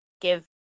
give